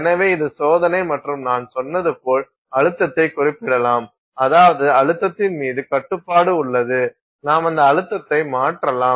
எனவே இது சோதனை மற்றும் நான் சொன்னது போல் அழுத்தத்தை குறிப்பிடலாம் அதாவது அழுத்தத்தின் மீது கட்டுப்பாடு உள்ளது நாம் அந்த அழுத்தத்தை மாற்றலாம்